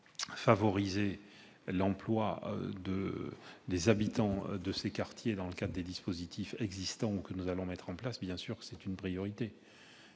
Favoriser l'emploi des habitants de ces quartiers dans le cadre des dispositifs existants ou que nous allons mettre en place est bien sûr une priorité.